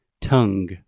Tongue